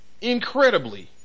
incredibly